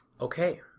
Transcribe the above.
Okay